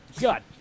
God